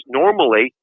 normally